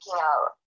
out